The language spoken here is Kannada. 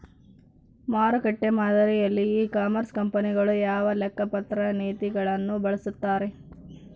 ಮಾರುಕಟ್ಟೆ ಮಾದರಿಯಲ್ಲಿ ಇ ಕಾಮರ್ಸ್ ಕಂಪನಿಗಳು ಯಾವ ಲೆಕ್ಕಪತ್ರ ನೇತಿಗಳನ್ನು ಬಳಸುತ್ತಾರೆ?